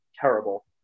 terrible